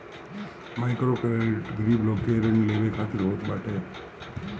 microcredit गरीब लोग के ऋण लेवे खातिर होत बाटे